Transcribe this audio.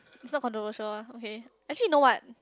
its not controversial ah okay actually you know what